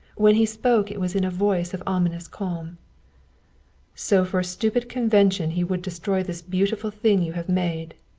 when he spoke it was in a voice of ominous calm so for a stupid convention he would destroy this beautiful thing you have made!